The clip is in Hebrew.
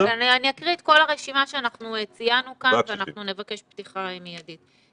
אני אקריא את כל הרשימה שציינו כאן ואנחנו נבקש פתיחה מידית.